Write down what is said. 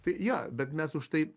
tai jo bet mes už tai